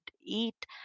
eat